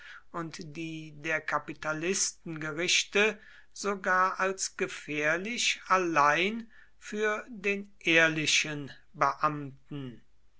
und die der kapitalistengerichte sogar als gefährlich allein für den ehrlichen beamten